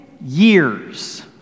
years